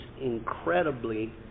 incredibly